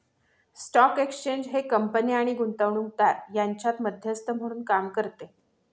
stock exchange हे कंपन्या आणि गुंतवणूकदार यांच्यात मध्यस्थ म्हणून काम करते